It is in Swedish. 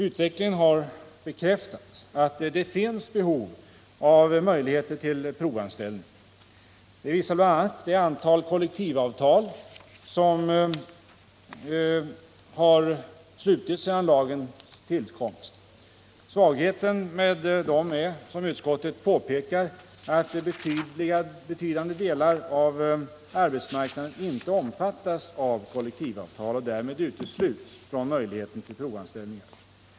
Utvecklingen har bekräftat att det finns behov av möjligheter till provanställning. Det visar bl.a. det antal kollektivavtal som har slutits efter lagens tillkomst. Svagheten med dessa avtal är, som utskottet påpekar, att betydliga delar av arbetsmarknaden inte omfattas av kollektivavtal och därmed utesluts från möjligheten till provanställningar.